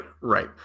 right